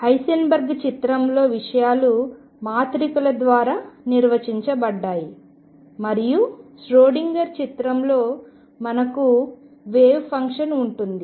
Heisenberg చిత్రంలో విషయాలు మాత్రికల ద్వారా నిర్వచించబడ్డాయి మరియు ష్రోడింగర్ చిత్రంలో మనకు వేవ్ ఫంక్షన్ ఉంటుంది